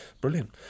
brilliant